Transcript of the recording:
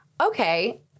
okay